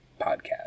Podcast